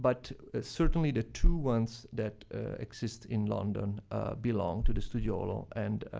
but ah certainly, the two ones that exist in london belong to the studiolo, and,